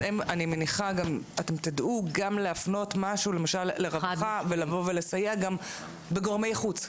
אני מניחה שאתם תדעו גם להפנות משהו לרווחה ולבוא ולסייע גם בגורמי חוץ.